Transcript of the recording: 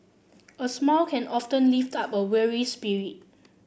a smile can often lift up a weary spirit